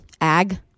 Ag